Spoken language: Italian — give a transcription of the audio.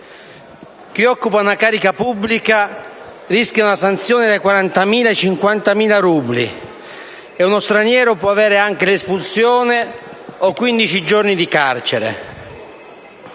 Chi occupa una carica pubblica rischia una sanzione tra i 40.000 e i 50.000 rubli e uno straniero può subire anche l'espulsione o essere